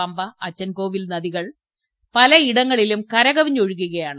പമ്പ അച്ചൻകോവിൽ നദികൾ പലയിടങ്ങളിലും കരകവിഞ്ഞൊഴുകുകയാണ്